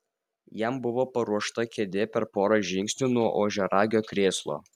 jam buvo paruošta kėdė per porą žingsnių nuo ožiaragio krėslo